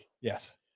Yes